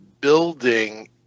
building